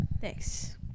Thanks